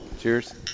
Cheers